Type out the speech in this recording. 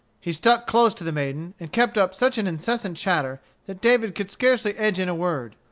he stuck close to the maiden, and kept up such an incessant chatter that david could scarcely edge in a word.